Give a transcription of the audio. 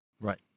Right